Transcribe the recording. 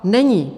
Není.